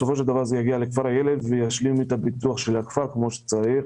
בסופו של דבר זה יגיע לכפר הילד וישלים את פיתוח הכפר כמו שצריך.